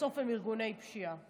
שבסוף הם ארגוני פשיעה.